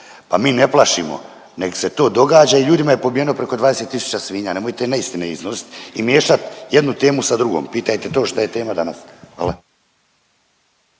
Pa mi ne plašimo nego se to događa i ljudima je pobijeno preko 20 tisuća svinja, nemojte neistine iznositi i miješati jednu temu sa drugom. Pitajte to što je tema danas. Hvala.